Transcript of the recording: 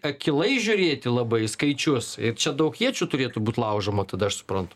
akylai žiūrėti labai skaičius čia daug iečių turėtų būt laužoma tada aš suprantu